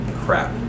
crap